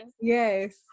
Yes